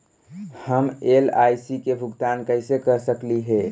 हम एल.आई.सी के भुगतान कैसे कर सकली हे?